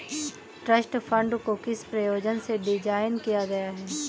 Trust fund को किस प्रयोजन से डिज़ाइन किया गया है?